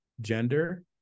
gender